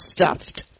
Stuffed